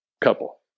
couple